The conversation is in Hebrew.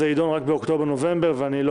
זה יידון רק באוקטובר-נובמבר ואני לא